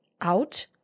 out